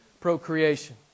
procreation